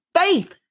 faith